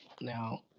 now